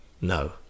no